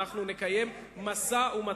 אנחנו נקיים משא-ומתן.